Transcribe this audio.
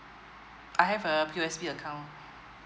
I have a P_O_S_B account